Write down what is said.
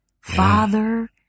father